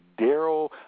Daryl